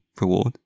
reward